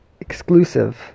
exclusive